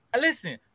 listen